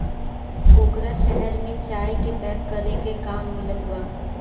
ओकरा शहर में चाय के पैक करे के काम मिलत बा